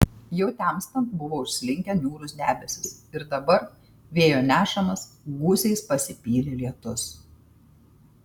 jau temstant buvo užslinkę niūrūs debesys ir dabar vėjo nešamas gūsiais pasipylė lietus